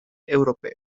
europeo